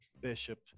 bishop